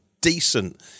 decent